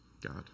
God